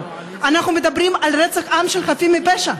אנחנו מדברים על רצח עם של חפים מפשע.